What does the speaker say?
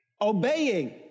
obeying